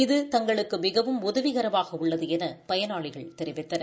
இது தங்களுக்கு மிகவும் உதவிகரமாக உள்ளது என பயனாளிகள் தெரிவித்தனர்